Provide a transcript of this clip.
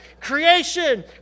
Creation